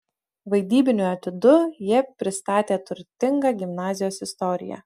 vaidybiniu etiudu jie pristatė turtingą gimnazijos istoriją